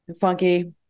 Funky